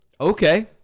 Okay